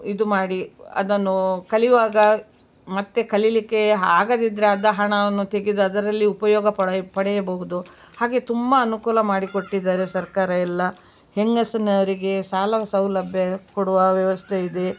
ಇದು ಮಾಡಿ ಅದನ್ನು ಕಲಿಯುವಾಗ ಮತ್ತೆ ಕಲೀಲಿಕ್ಕೆ ಆಗದಿದ್ರೆ ಅರ್ಧ ಹಣವನ್ನು ತೆಗೆದು ಅದರಲ್ಲಿ ಉಪಯೋಗ ಪಡೆಯ ಪಡೆಯಬಹುದು ಹಾಗೆಯೇ ತುಂಬ ಅನುಕೂಲ ಮಾಡಿ ಕೊಟ್ಟಿದ್ದಾರೆ ಸರ್ಕಾರ ಎಲ್ಲ ಹೆಂಗಸಿನವರಿಗೆ ಸಾಲ ಸೌಲಭ್ಯ ಕೊಡುವ ವ್ಯವಸ್ಥೆ ಇದೆ